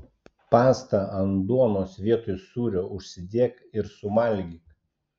pastą ant duonos vietoj sūrio užsidėk ir suvalgyk